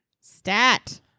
Stat